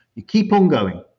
you keep on going.